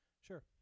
Sure